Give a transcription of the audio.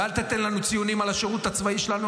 ואל תיתן לנו ציונים על השירות הצבאי שלנו.